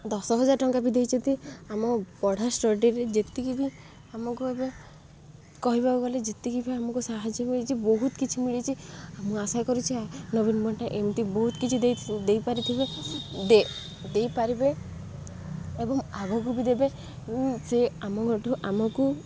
ଦଶ ହଜାର ଟଙ୍କା ବି ଦେଇଛନ୍ତି ଆମ ପଢ଼ା ଷ୍ଟଡ଼ିରେ ଯେତିକି ବି ଆମକୁ ଏବେ କହିବାକୁ ଗଲେ ଯେତିକି ବି ଆମକୁ ସାହାଯ୍ୟ ମିଳିଛି ବହୁତ କିଛି ମିଳିଛି ମୁଁ ଆଶା କରୁଛି ନବୀନ ପଟ୍ଟନାୟକ ଏମିତି ବହୁତ କିଛି ଦେଇପାରିଥିବେ ଦେଇପାରିବେ ଏବଂ ଆଗକୁ ବି ଦେବେ ମୁଁ ସେ ଆମଠୁ ଆମକୁ